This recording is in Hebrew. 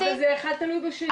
אבל זה אחד תלוי בשני.